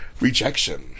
rejection